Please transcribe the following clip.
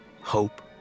Hope